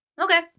Okay